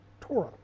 Torah